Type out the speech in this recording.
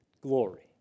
glory